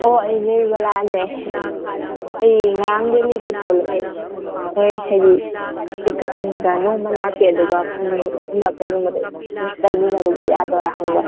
ꯑꯣ ꯑꯩ ꯅꯤꯔꯃꯂꯥꯅꯦ ꯑꯩ ꯉꯔꯥꯡ ꯗꯦꯜꯂꯤꯗꯩ ꯊꯣꯛꯂꯛꯑꯦ ꯑꯩ ꯍꯥꯏꯗꯤ ꯑꯩ ꯀꯛꯆꯤꯡꯗ ꯅꯣꯡꯃ ꯂꯥꯛꯀꯦ ꯑꯗꯨꯒ ꯐꯅꯦꯛ ꯀꯣꯏꯃꯤꯟꯅꯔꯨꯕ ꯌꯥꯗꯣꯏꯔꯥ ꯍꯪꯕ